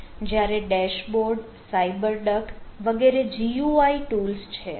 જ્યારે dashboard Cyberduck વગેરે GUI tools છે